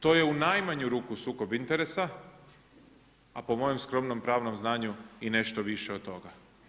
To je u najmanju ruku sukob interesa, a po mojem skromnom pravnom znanju i nešto više od toga.